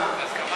זה בהסכמה?